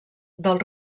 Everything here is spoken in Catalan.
del